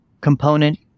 component